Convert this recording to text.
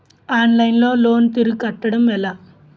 Online లో loan తిరిగి కట్టడం ఎలా?